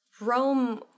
Rome